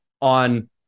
on